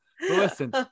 Listen